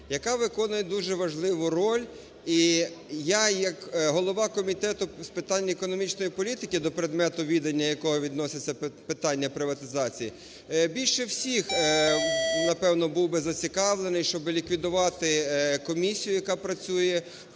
яка виконує дуже важливу роль. І я як голова Комітету з питань економічної політики, до предмету відання якої відноситься питання приватизації, більше всіх, напевно, був би зацікавлений, щоби ліквідувати комісію, яка працює